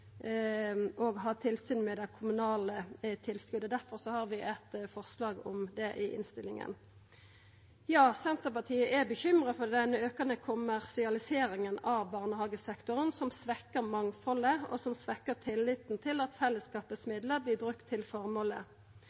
og til å ha tilsyn med det kommunale tilskotet. Difor har vi eit forslag om det i innstillinga. Ja, Senterpartiet er bekymra for den auka kommersialiseringa av barnehagesektoren, som svekkjer mangfaldet, og som svekkjer tilliten til at fellesskapets midlar vert brukte til